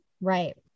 Right